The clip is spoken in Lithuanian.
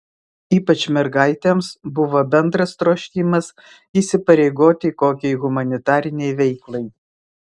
ypač mergaitėms buvo bendras troškimas įsipareigoti kokiai humanitarinei veiklai